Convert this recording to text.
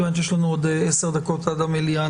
מכיוון שיש לנו עוד 10 דקות עד המליאה,